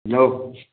hello